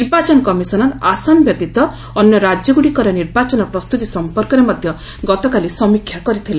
ନିର୍ବାଚନ କମିଶନର ଆସାମ ବ୍ୟତୀତ ଅନ୍ୟ ରାଜ୍ୟଗୁଡ଼ିକର ନିର୍ବାଚନ ପ୍ରସ୍ତୁତି ସଂପର୍କରେ ମଧ୍ୟ ଗତକାଲି ସମୀକ୍ଷା କରିଥିଲେ